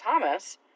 Thomas